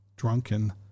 drunken